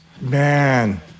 man